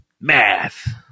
Math